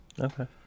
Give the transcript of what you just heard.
Okay